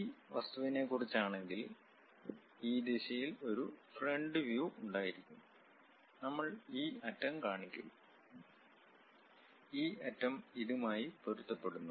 ഈ വസ്തുവിനെക്കുറിച്ചാണെങ്കിൽ ഈ ദിശയിൽ ഒരു ഫ്രണ്ട് വ്യൂ ഉണ്ടായിരിക്കും നമ്മൾ ഈ അറ്റം കാണിക്കും ഈ അറ്റം ഇതുമായി പൊരുത്തപ്പെടുന്നു